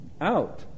out